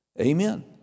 Amen